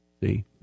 see